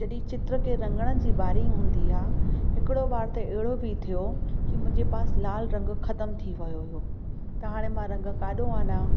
जॾहिं चित्र खे रंगण जी बारी हूंदी आहे हिकिड़ो बार त अहिड़ो बि थियो कि मुंहिंजे पास लाल रंग ख़तमु थी वियो हो त हाणे मां रंग काॾो आणा